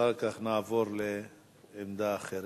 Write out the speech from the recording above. ואחר כך נעבור לעמדה אחרת.